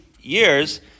years